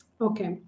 Okay